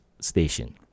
station